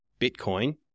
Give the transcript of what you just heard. Bitcoin